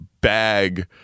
bag